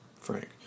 Frank